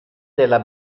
della